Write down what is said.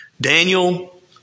Daniel